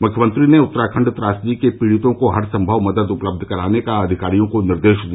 मुख्यमंत्री ने उत्तराखंड त्रासदी के पीड़ितों को हर संभव मदद उपलब्ध कराने का अधिकारियों को निर्देश दिया